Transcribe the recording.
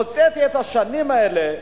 הוצאתי את השנים האלה.